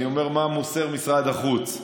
אני אומר מה מוסר משרד החוץ.